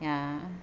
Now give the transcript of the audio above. ya